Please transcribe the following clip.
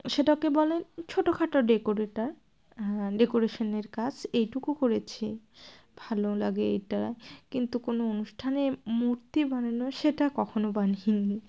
সেটাকে বলে ছোটো খাটো ডেকোরেটর ডেকোরেশনের কাজ এইটুকু করেছি ভালো লাগে এটা কিন্তু কোনো অনুষ্ঠানে মূর্তি বানানো সেটা কখনও বানাইনি